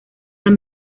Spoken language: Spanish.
las